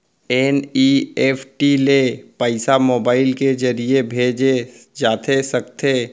NEFT ले पइसा mobile के ज़रिए भेजे जाथे सकथे?